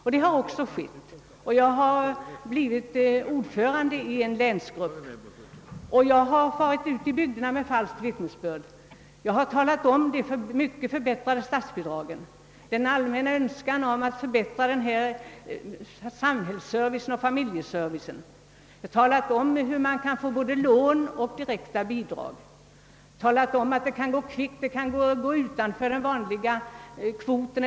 Så har också skett, och jag har blivit ordförande i en länsgrupp. Jag har varit ute i bygderna med falskt vittnesbörd. Jag har talat om de väsentligt förhöjda statsbidragen och om den allmänna önskan att förbättra ifrågavarande familjeservice från samhällets sida. Jag har talat om hur man kan få både lån och direkta bidrag, och jag har sagt att det kan gå kvickt, eftersom man kan få bygga utanför den vanliga byggkvoten.